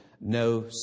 No